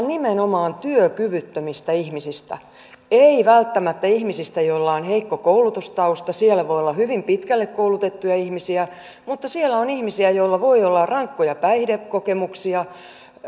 nimenomaan työkyvyttömistä ihmisistä ei välttämättä ihmisistä joilla on heikko koulutustausta siellä voi olla hyvin pitkälle koulutettuja ihmisiä mutta siellä on ihmisiä joilla voi olla rankkoja päihdekokemuksia